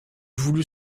voulu